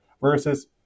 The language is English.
versus